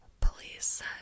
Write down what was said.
police